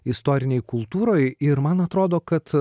istorinėj kultūroj ir man atrodo kad